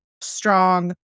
strong